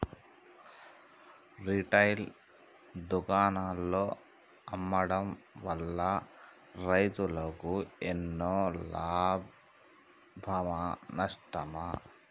Retail దుకాణాల్లో అమ్మడం వల్ల రైతులకు ఎన్నో లాభమా నష్టమా?